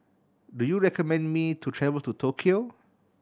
do you recommend me to travel to Tokyo